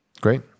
great